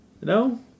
No